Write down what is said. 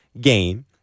game